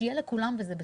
שיהיה לכולם וזה בסדר.